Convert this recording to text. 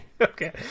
Okay